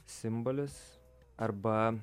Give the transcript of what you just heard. simbolis arba